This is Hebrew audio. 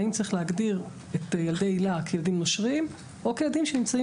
האם צריך להגדיר את ילדי היל"ה כילדים נושרים או כילדים שנמצאים